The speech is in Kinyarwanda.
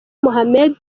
mohamed